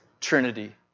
Trinity